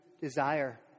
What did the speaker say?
desire